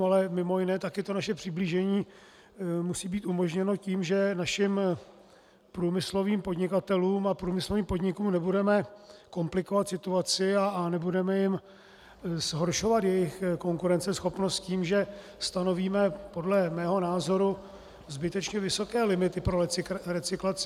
Ale mimo jiné také to naše přiblížení musí být umožněno tím, že našim průmyslovým podnikatelům a průmyslovým podnikům nebudeme komplikovat situaci a nebudeme jim zhoršovat jejich konkurenceschopnost tím, že stanovíme podle mého názoru zbytečně vysoké limity pro recyklaci.